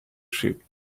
shipped